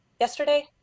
yesterday